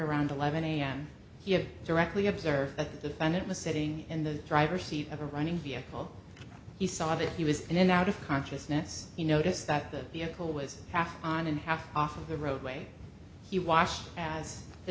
around eleven am he had directly observed a defendant was sitting in the driver's seat of a running vehicle he saw that he was in and out of consciousness you notice that the vehicle was half on and half off of the roadway he watched as the